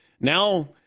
Now